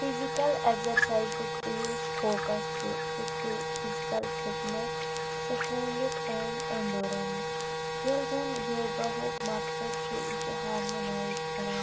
physical اٮ۪گزرسایِزُک یُس focus چھُ سُہ چھُ physical fitness strength and endurance ییٚلہِ زَن یوگاہُک مقصد چھُ یہِ چھُ ہارمونایِز کَران